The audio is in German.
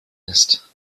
ist